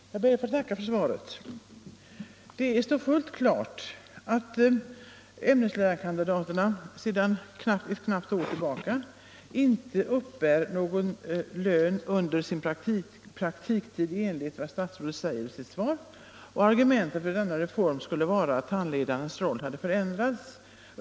Herr talman! Jag ber att få tacka för svaret. Det står fullt klart att ämneslärarkandidaterna sedan ett knappt år tillbaka inte uppbär någon lön under sin praktiktid. Detta har även statsrådet erinrat om i sitt svar. Argumentet för denna reform skulle vara att handledarens roll förändrats.